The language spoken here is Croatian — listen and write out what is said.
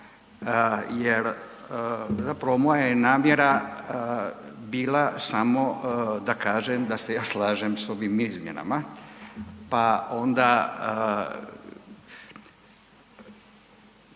jer zapravo moja je namjera bila samo da kažem da se ja slažem s ovim izmjenama, pa onda